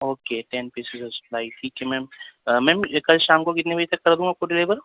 okay thank you ٹھیک ہے ma'am ma'am یہ کل شام کو کتنے بجے تک کردوں آپ کو ڈلیور